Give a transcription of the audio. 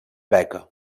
beca